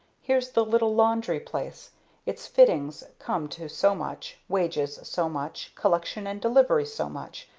here's the little laundry place its fittings come to so much, wages so much, collection and delivery so much,